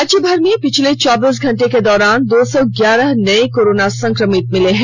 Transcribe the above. राज्यभर में पिछले चौबीस घंटे के दौरान दो सौ ग्यारह नए कोरोना संक्रमित मिले हैं